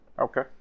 okay